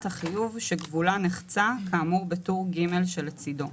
החיוב שגבולה נחצה כאמור בטור ג' שלצידו."